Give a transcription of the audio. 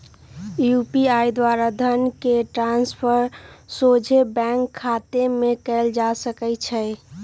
UPI द्वारा धन के ट्रांसफर सोझे बैंक खतामें कयल जा सकइ छै